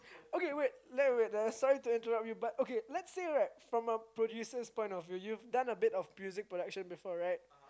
okay wait sorry to interrupt you let say from a producers point of view you've done a bit of music production before right